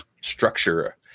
structure